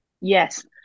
yes